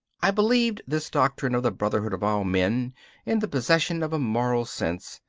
i believed this doctrine of the brotherhood of all men in the possession of a moral sense,